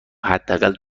حداقل